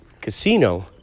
Casino